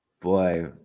Boy